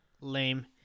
Lame